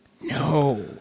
No